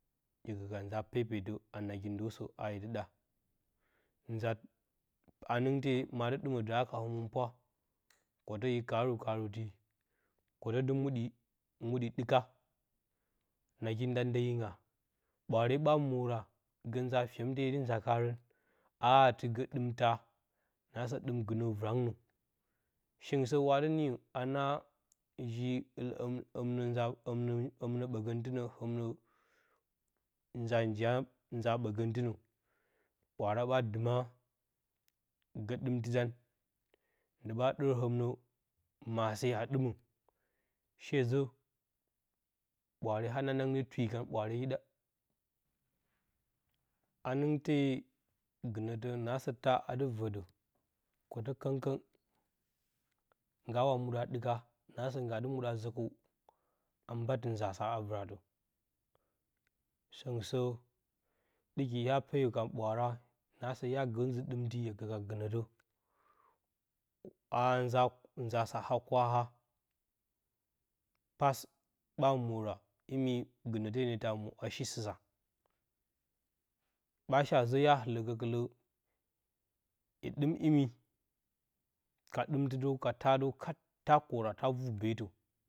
Hye gə ka nza pepetə, a nagi ndosə a hye dɨ ɗa ha-nɨngte ma adɨ ɗɨmə dɨ haka həmɨnpwa, kotə i kaaru-kaaru ti, kotə dɨ muɗɨ muɗɨ, ɗɨka, nagi nda ndyeyinga, ɓwaare ɓa mwora, gə nza fyem te hye dɨ nza kaarəni a ati gə ɗɨm taa, naasə ɗɨm gɨnə vɨrangnə, shingɨn sə adɨ niyo anaa ji ɨl həmnə, həmnə nza həmnə ɓəgəntɨnə, həmnə nzaa nzaa njiya nza ɓagəntɨnə ɓwaara ɓa dɨma, gə ɗɨmtɨd an, ndi ɓa ɗər həmnə maase a ɗɨmə sheza ɓwaare hananang nee tuuwi kan ɓwaaredɨ ha-nɨngte gɨnətə naasə taa ada vərdə kwətə kəng kəng, nggawa muuɗə a ɗɨka naasə ngga adɨ muɗə a zəkəw amba tɨ nza sa a vɨratə. səngɨn sə ɗɨki ya peyo ka ɓwaara, naasə ya gə nzə ɗɨm ti hye gə ka gɨnətə, a haa nza nza saa kwaha pas ɓa mwora, imi gɨnale nə ta mwo a shi sɨsa ɓa shea zə hya ɨlə gə kɨla hye ɗɨm imi ka ɗɨm tɨdəw, ka taa dəw, kat ta kwora, ta vuu beetə.